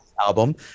album